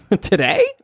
Today